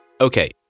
Okay